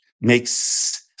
makes